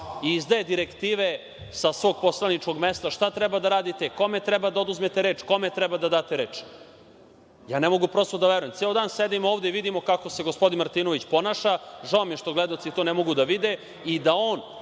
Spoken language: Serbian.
i izdaje direktive sa svog poslaničkog mesta šta treba da radite, kome treba da oduzmete reč, kome treba da date reč? Ja prosto ne mogu da verujem. Ceo dan sedim ovde i vidimo kako se gospodin Martinović ponaša. Žao mi je što gledaoci to ne mogu da vide i da on